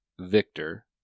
Victor